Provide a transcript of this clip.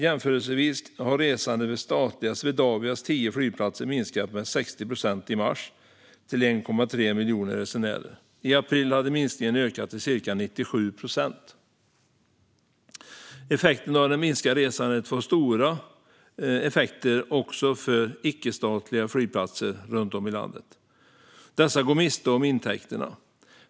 Jämförelsevis har resandet vid statliga Swedavias tio flygplatser minskat med 60 procent i mars till 1,3 miljoner resenärer. I april hade minskningen ökat till ca 97 procent. Effekterna av det minskade resandet blir stora också för icke-statliga flygplatser runt om i landet som går miste om intäkterna.